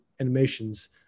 animations